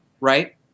right